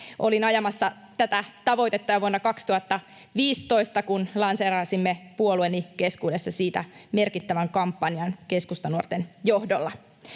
Olin ajamassa tätä tavoitetta jo vuonna 2015, kun lanseerasimme puolueeni keskuudessa siitä merkittävän kampanjan Keskustanuorten johdolla.